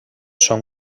són